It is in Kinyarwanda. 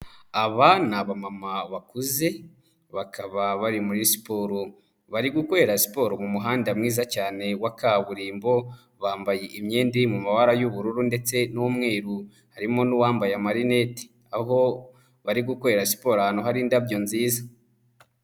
Aba ni abamama bakuze bakaba bari muri siporo, bari gukorera siporo mu muhanda mwiza cyane wa kaburimbo, bambaye imyenda iri mu mabara y'ubururu ndetse n'umweru harimo n'uwambaye amarinete, aho bari gukorera siporo ahantu hari indabyo nziza.